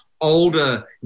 older